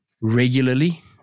regularly